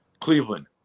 Cleveland